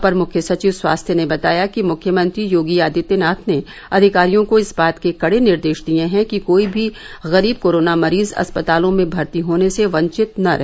अपर मुख्य सचिव स्वास्थ्य ने बताया कि मुख्यमंत्री योगी आदित्यनाथ ने अधिकारियों को इस बात के कड़े निर्देश दिये हैं कि कोई भी गरीब कोरोना मरीज अस्पतालों में गर्ती होने से वंचित न रहे